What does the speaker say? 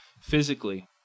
physically